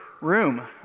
room